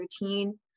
routine